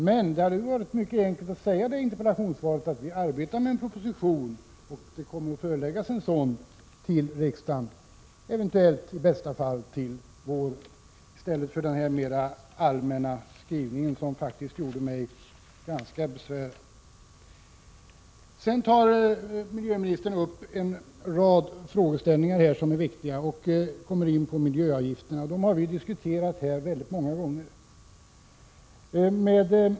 Men det hade ju varit mycket enkelt att i interpellationssvaret säga ”Vi arbetar med en proposition, och riksdagen kommer att föreläggas en sådan, i bästa fall till våren” —i stället för att komma med sådana här mer allmänna skrivningar, som faktiskt gjorde mig ganska besvärad. Birgitta Dahl tar upp en rad frågeställningar som är viktiga. Hon kom in på miljöavgifterna. Dem har vi diskuterat många gånger.